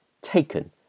taken